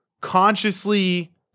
consciously